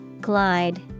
Glide